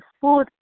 food